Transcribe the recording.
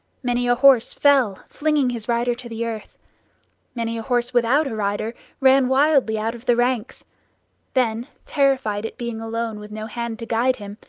many a horse fell, flinging his rider to the earth many a horse without a rider ran wildly out of the ranks then terrified at being alone, with no hand to guide him,